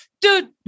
dude